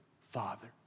Father